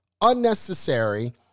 unnecessary